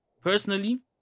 personally